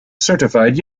certified